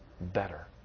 better